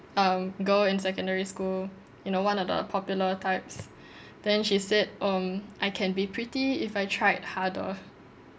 um girl in secondary school you know one of the popular types then she said um I can be pretty if I tried harder